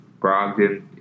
Brogdon